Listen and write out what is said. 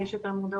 כי יש יותר מודעות,